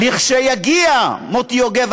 מוטי יוגב,